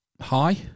Hi